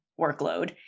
workload